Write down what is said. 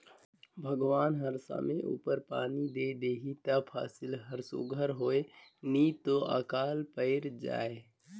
भगवान हर समे उपर पानी दे देहे ता फसिल हर सुग्घर होए नी तो अकाल पइर जाए